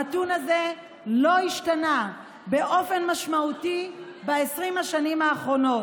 הנתון הזה לא השתנה באופן משמעותי ב-20 השנים האחרונות.